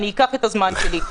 אני אקח את הזמן שלי.